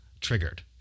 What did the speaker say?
triggered